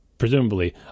presumably